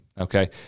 okay